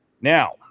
Now